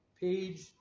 Page